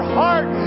heart